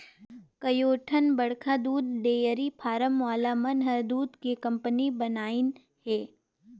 कयोठन बड़खा दूद डेयरी फारम वाला मन हर दूद के कंपनी बनाईंन हें